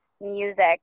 music